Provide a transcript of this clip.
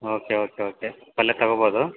okay okay okay ಪಲ್ಲೆ ತೊಗೊಬೋದು